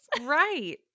Right